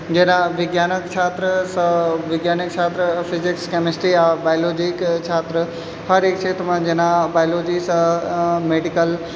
जेना विज्ञानक छात्रसँ विज्ञानक छात्र फिजिक्स केमिस्ट्री बायोलॉजी हर एक क्षेत्रमे जेना बायोलॉजीसँ मेडिकल आओर